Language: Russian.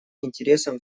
интересам